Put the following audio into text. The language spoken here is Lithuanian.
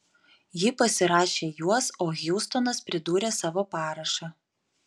ji pasirašė juos o hjustonas pridūrė savo parašą